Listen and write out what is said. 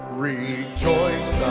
Rejoice